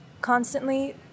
constantly